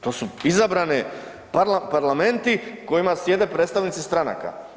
To su izabrane parlamenti u kojima sjede predsjednici stranaka.